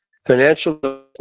Financial